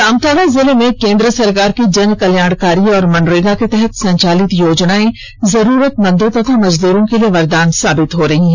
जामताडा जिले में केंद्र सरकार की जनकल्याणकारी और मनरेगा के तहत संचालित योजनाएं जरूरतमंदों तथा मजदूरों के लिए वरदान साबित हो रही है